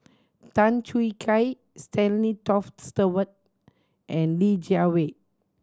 Tan Choo Kai Stanley Toft Stewart and Li Jiawei